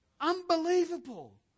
Unbelievable